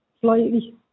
slightly